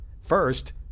First